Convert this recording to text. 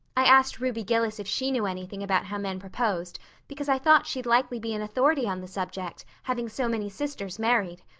i asked ruby gillis if she knew anything about how men proposed because i thought she'd likely be an authority on the subject, having so many sisters married.